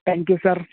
thank you sir